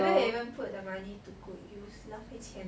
where they even put the money to good use 浪费钱